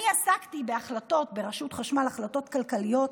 אני עסקתי בהחלטות ברשות החשמל, החלטות כלכליות.